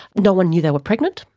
no one knew they were pregnant,